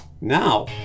now